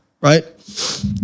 Right